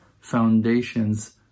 foundations